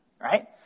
Right